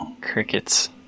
Crickets